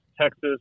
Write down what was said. Texas